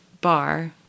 bar